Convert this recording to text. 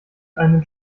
einen